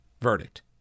verdict